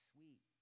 Sweet